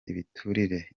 ibiturire